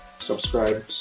subscribe